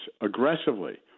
aggressively